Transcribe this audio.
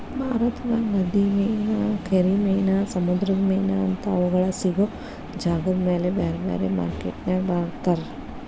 ಭಾರತದಾಗ ನದಿ ಮೇನಾ, ಕೆರಿ ಮೇನಾ, ಸಮುದ್ರದ ಮೇನಾ ಅಂತಾ ಅವುಗಳ ಸಿಗೋ ಜಾಗದಮೇಲೆ ಬ್ಯಾರ್ಬ್ಯಾರೇ ಮಾರ್ಕೆಟಿನ್ಯಾಗ ಮಾರ್ತಾರ